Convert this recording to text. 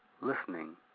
listening